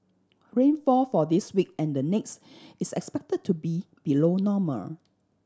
rainfall for this week and the next is expected to be below normal